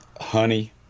honey